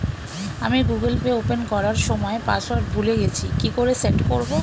আমি Google Pay open করার সময় পাসওয়ার্ড ভুলে গেছি কি করে সেট করব?